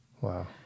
Wow